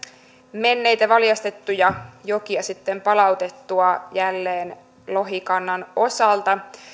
menneitä valjastettuja jokia sitten palautettua jälleen lohikannan osalta